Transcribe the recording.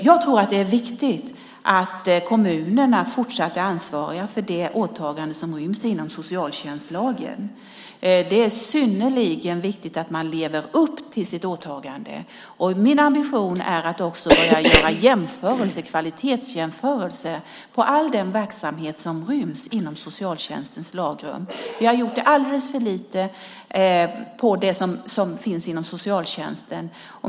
Jag tror att det är viktigt att kommunerna fortsatt är ansvariga för det åtagande som ryms inom socialtjänstlagen. Det är synnerligen viktigt att de lever upp till sitt åtagande. Min ambition är att också börja göra kvalitetsjämförelser på all den verksamhet som ryms inom socialtjänstens lagrum. Vi har gjort det alldeles för lite på det som finns inom socialtjänsten.